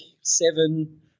seven